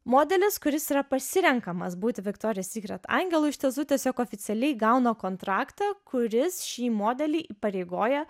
modelis kuris yra pasirenkamas būti viktorija sykret angelu iš tiesų tiesiog oficialiai gauna kontraktą kuris šį modelį įpareigoja